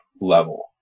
level